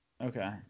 okay